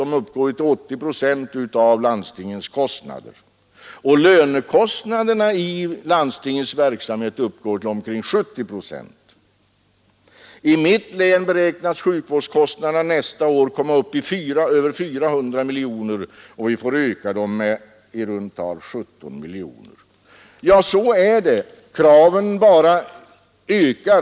De uppgår till 80 procent av landstingens kostnader, och lönekostnaderna i landstingens verksamhet uppgår till omkring 70 procent. I mitt län beräknas sjukvårdskostnaderna nästa år komma upp i över 400 miljoner, och vi får öka dem med i runt tal 17 miljoner. Ja, så är det. Kraven bara ökar.